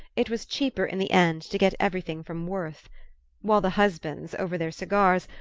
it was cheaper in the end to get everything from worth while the husbands, over their cigars,